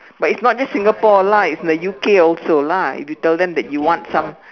but it's not just Singapore lah it's in the U_K also lah if you tell them that you want some